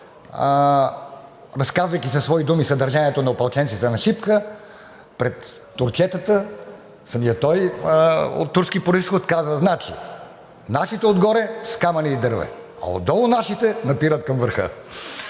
разказвайки със свои думи съдържанието на „Опълченците на Шипка“ пред турчетата, самият той от турски произход, казва значи: „Нашите отгоре с камъни и дърве, а отдолу нашите напират към върха.“